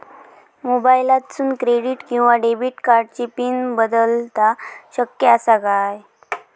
मोबाईलातसून क्रेडिट किवा डेबिट कार्डची पिन बदलना शक्य आसा काय?